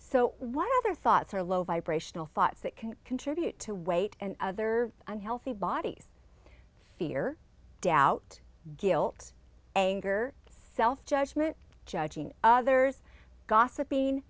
so what other thoughts are low vibrational thoughts that can contribute to weight and other unhealthy bodies fear doubt guilt anger self judgment judging others gossiping